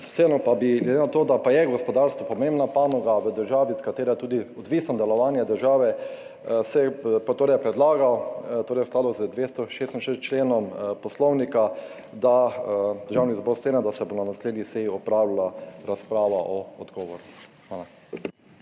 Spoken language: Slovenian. Vseeno pa bi glede na to, da je gospodarstvo pomembna panoga v državi, od katere je tudi odvisno delovanje države, predlagal v skladu z 246. členom Poslovnika, da Državni zbor sklene, da se bo na naslednji seji opravila razprava o odgovoru. Hvala.